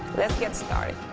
let's get started.